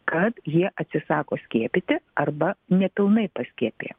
kad jie atsisako skiepyti arba nepilnai paskiepija